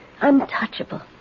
untouchable